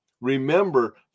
Remember